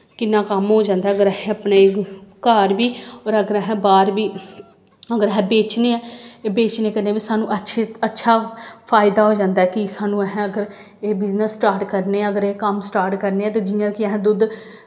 किन्ना कम्म हो जांदा ऐ अगर अस अपने घर बी होर अगर असें बाह्र बी अगर अस बेचने ऐ बेचने कन्नै बी सानूं अच्छे अच्छा फायदा हो जांदा ऐ कि सानूं अगर असें एह् बिज़नस स्टार्ट करने आं अगर एह् कम्म स्टार्ट करने आं ते जियां कि असें दुद्ध